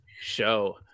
show